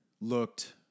looked